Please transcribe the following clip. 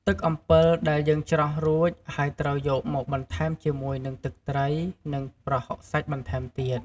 ទឹកអំំពិលដែរយើងច្រោះរូចហើយត្រូវយកមកបន្ថែមជាមួយនឹង ទឹកត្រី និង ប្រហុកសាច់បន្ថែមទៀត។